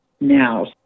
now